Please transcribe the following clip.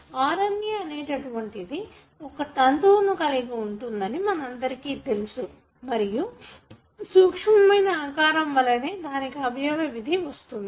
RNA అనేటటువంటిది ఒక తంతువును కలిగి ఉంటుందని మనందరికీ తెలుసు మరియు సూక్ష్మమైన ఆకారం వలనే దానికి అవయవ విధి వస్తుంది